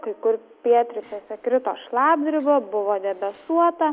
kai kur pietryčiuose krito šlapdriba buvo debesuota